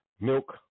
milk